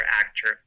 actor